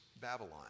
Babylon